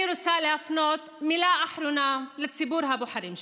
אני רוצה להפנות מילה אחרונה לציבור הבוחרים שלנו,